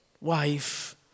wife